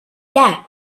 dad